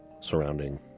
surrounding